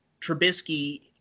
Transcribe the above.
Trubisky